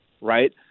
right